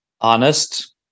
honest